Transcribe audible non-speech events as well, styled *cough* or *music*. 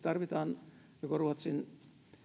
*unintelligible* tarvitaan joko ruotsin